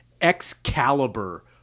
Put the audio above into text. Excalibur